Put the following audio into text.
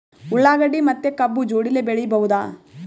ಉಳ್ಳಾಗಡ್ಡಿ ಮತ್ತೆ ಕಬ್ಬು ಜೋಡಿಲೆ ಬೆಳಿ ಬಹುದಾ?